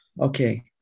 Okay